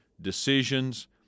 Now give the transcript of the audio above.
decisions